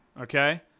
Okay